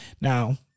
Now